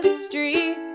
street